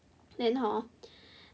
then hor